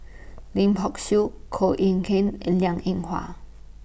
Lim Hock Siew Koh Eng Kian and Liang Eng Hwa